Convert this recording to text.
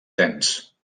tens